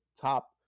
top